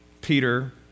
Peter